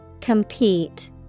Compete